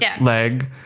leg